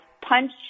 punch